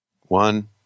One